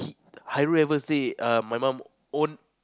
Hairu ever say err my mum own